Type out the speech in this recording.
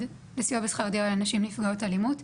לסיוע בשכר דירה לנשים נפגעות אלימות.